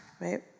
right